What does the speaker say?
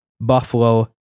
Buffalo